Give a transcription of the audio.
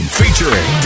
featuring